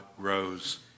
grows